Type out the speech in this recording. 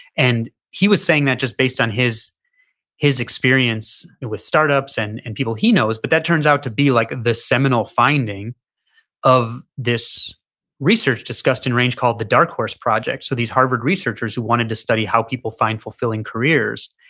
and he was saying that just based on his his experience with startups and and people he knows, but that turns out to be like the seminal finding of this research discussed in range called the dark horse project. so these harvard researchers who wanted to study how people find fulfilling careers,